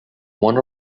one